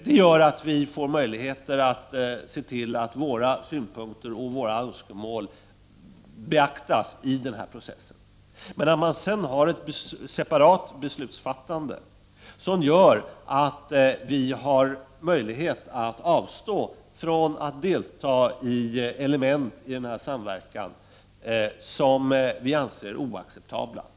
Det gör att vi får möjligheter att se till att våra synpunkter och våra önskemål beaktas i processen, medan man sedan har ett separat beslutsfattande som gör att vi har möjligheter att avstå från att delta i den del av denna samverkan vi anser oacceptabla.